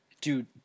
Dude